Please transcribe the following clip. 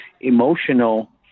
emotional